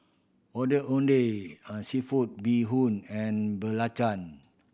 Ondeh Ondeh a seafood bee hoon and belacan